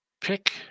Pick